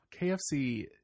KFC